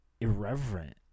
irreverent